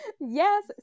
yes